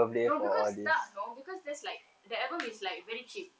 no because tak no because just like that album is like very cheap